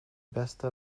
bästa